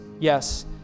yes